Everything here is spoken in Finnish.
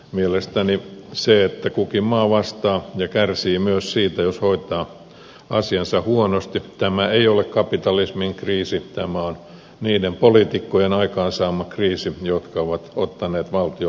mielestäni se että kukin maa vastaa ja kärsii myös siitä jos hoitaa asiansa huonosti ei ole kapitalismin kriisi tämä on niiden poliitikkojen aikaansaama kriisi jotka ovat ottaneet valtiolle velkaa